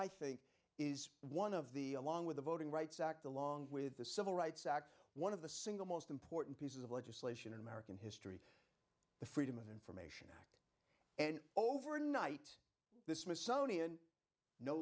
i think is one of the along with the voting rights act along with the civil rights act one of the single most important pieces of legislation in american history the freedom of information and overnight the smithsonian no